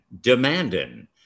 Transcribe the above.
demanding